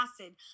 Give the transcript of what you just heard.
acid